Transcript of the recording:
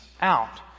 out